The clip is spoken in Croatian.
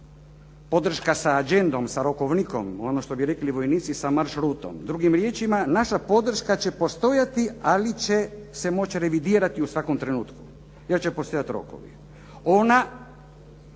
Podrška sa agendom, sa rokovnikom, ono što bi rekli vojnici sa maršrutom. Drugim riječima, naša podrška će postojati ali će se moći revidirati u svakom trenutku, jer će postojati rokovi. Ona